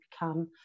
become